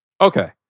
Okay